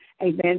amen